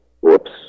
Whoops